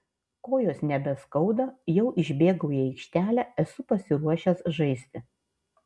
kojos nebeskauda jau išbėgau į aikštelę esu pasiruošęs žaisti